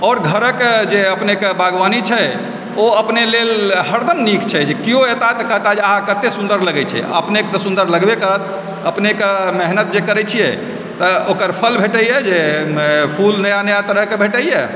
आओर घरक जे अपनेके बागवानी छै ओ अपने लेल हरदम निक छै कियो एताह तऽ कहता जे आहा कते सुन्दर लगै छै अपनेक तऽ सुन्दर लगबे करत अपनेकऽ मेहनत जे करै छियै तऽ ओकर फल भेटैए जे फूल नया नया तरहके भेटैए